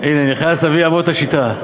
הנה, נכנס אבי אבות השיטה.